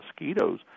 mosquitoes